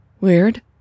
Weird